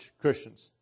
Christians